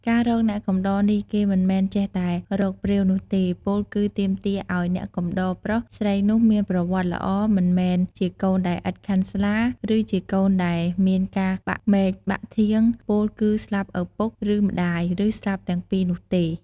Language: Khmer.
ការរកអ្នកកំដរនេះគេមិនមែនចេះតែរកព្រាវនោះទេ ពោលគឺទាមទារឱ្យអ្នកកំដរប្រុស ស្រីនោះមានប្រវត្តិល្អ មិនមែនជាកូនដែលឥតខាន់ស្លា ឬជាកូនដែលមានការបាក់មែកបាក់ធាង ពោលគឺ ស្លាប់ឪពុក ឬម្តាយ ឬស្លាប់ទាំងពីរនោះទេ។